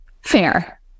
fair